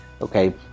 okay